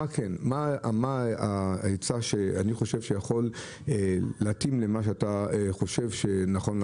מה ההיצע שאני חושב שיכול להתאים למה שאתה חושב נכון לעשות,